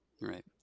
Right